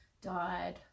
died